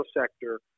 sector